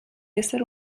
ésser